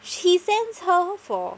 he sends her for